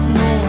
no